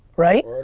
right?